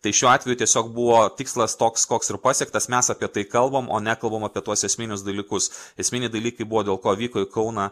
tai šiuo atveju tiesiog buvo tikslas toks koks ir pasiektas mes apie tai kalbam o nekalbam apie tuos esminius dalykus esminiai dalykai buvo dėl ko vyko į kauną